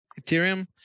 Ethereum